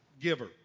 Giver